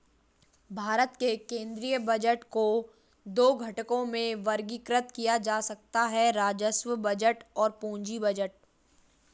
भारत के केंद्रीय बजट को दो घटकों में वर्गीकृत किया जा सकता है राजस्व बजट और पूंजी बजट